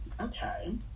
okay